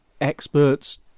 experts